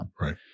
Right